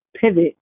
pivot